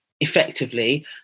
effectively